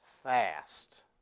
Fast